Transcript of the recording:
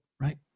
right